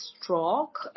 stroke